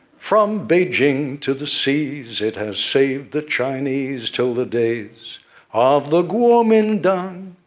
from beijing to the seas, it has saved the chinese, till the days of the guomindang.